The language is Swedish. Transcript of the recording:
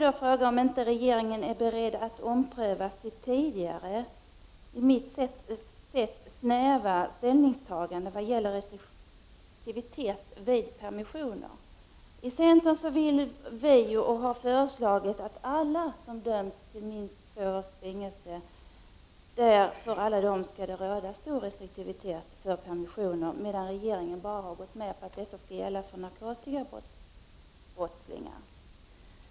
Är regeringen inte beredd att ompröva sitt tidigare, enligt mitt sätt att se, snäva ställningstagande vad gäller restriktivitet vid permissioner? Vi i centern har föreslagit att det skall råda stor restriktivitet när det gäller permissioner för alla dem som dömts till minst två års fängelse, medan regeringen bara har gått med på detta när det gäller narkotikabrottslingar.